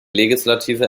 legislative